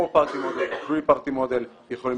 Four Party Model ו-Three Party Model יכולים